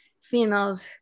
females